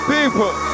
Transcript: People